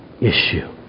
issue